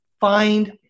find